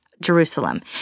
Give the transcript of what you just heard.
Jerusalem